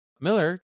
Miller